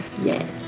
yes